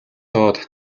доод